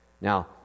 Now